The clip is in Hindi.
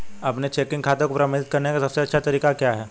अपने चेकिंग खाते को प्रबंधित करने का सबसे अच्छा तरीका क्या है?